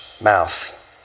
mouth